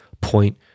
point